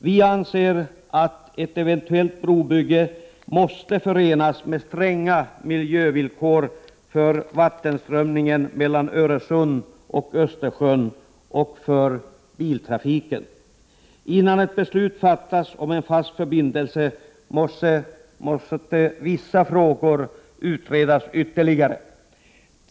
Vi anser att ett eventuellt brobygge måste förenas med stränga miljövillkor för vattenströmningen mellan Öresund och Östersjön och för biltrafiken. Innan ett beslut fattas om en fast förbindelse måste vissa frågor utredas ytterligare.